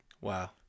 Wow